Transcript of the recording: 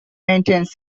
maintenance